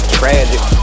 tragic